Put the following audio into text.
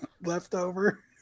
Leftover